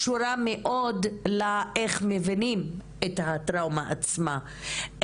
קשורה מאוד לאיך מבינים את הטראומה עצמה.